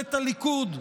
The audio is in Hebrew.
ממשלת הליכוד,